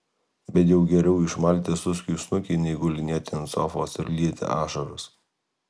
bet jau geriau išmalti suskiui snukį nei gulinėti ant sofos ir lieti ašaras